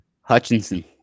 Hutchinson